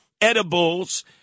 edibles